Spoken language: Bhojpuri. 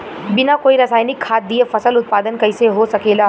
बिना कोई रसायनिक खाद दिए फसल उत्पादन कइसे हो सकेला?